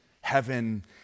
heaven